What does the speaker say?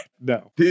no